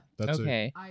Okay